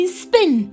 spin